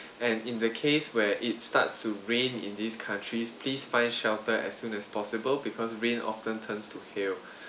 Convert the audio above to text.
and in the case where it starts to rain in these countries please find shelter as soon as possible because rain often turns to hail